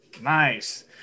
Nice